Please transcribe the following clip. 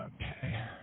Okay